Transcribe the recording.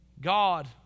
God